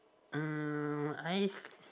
mm I